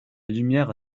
lumière